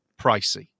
pricey